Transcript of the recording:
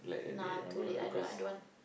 nah too late I don't I don't want